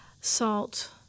salt